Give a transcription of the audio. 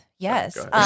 Yes